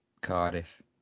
Cardiff